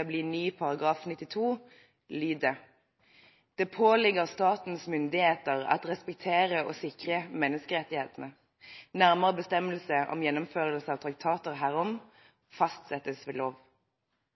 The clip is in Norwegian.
å bli ny § 92, lyder: «Det påligger statens myndigheter å respektere og sikre menneskerettighetene. Nærmere bestemmelser om gjennomføringen av traktater herom fastsettes ved lov.»